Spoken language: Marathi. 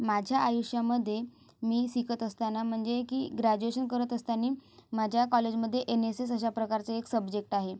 माझ्या आयुष्यामध्ये मी शिकत असताना म्हणजे की ग्रॅज्युएशन करत असतानी माझ्या कॉलेजमध्ये एन एस एस अशाप्रकारचे एक सब्जेक्ट आहे